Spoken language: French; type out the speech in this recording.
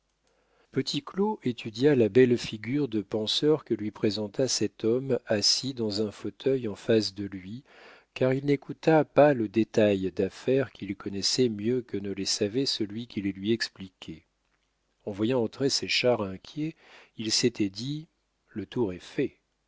besoin petit claud étudia la belle figure de penseur que lui présenta cet homme assis dans un fauteuil en face de lui car il n'écouta pas le détail d'affaires qu'il connaissait mieux que ne les savait celui qui les lui expliquait en voyant entrer séchard inquiet il s'était dit le tour est fait